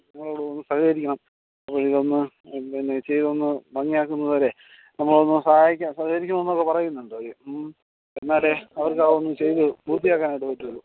പിന്നെ ഞങ്ങളോടൊന്ന് സഹകരിക്കണം ഇതൊന്ന് പിന്നെ ചെയ്തൊന്ന് ഭംഗിയാകുന്നത് വരെ നമ്മളതൊന്ന് സഹായിക്കുക സഹകരിക്കണോന്നൊക്കെ പറയുന്നുണ്ടവർ എന്നാലേ അവർക്കതൊന്ന് ചെയ്ത് പൂർത്തിയാക്കാനായിട്ട് പറ്റുവൊള്ളു